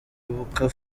ibuka